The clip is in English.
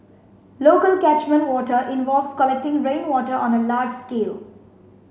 local catchment water involves collecting rainwater on a large scale